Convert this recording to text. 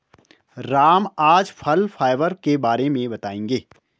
राम आज फल फाइबर के बारे में बताएँगे